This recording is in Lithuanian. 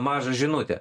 mažą žinutę